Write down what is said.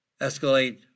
escalate